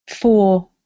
four